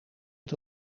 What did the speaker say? het